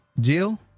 Jill